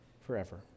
forever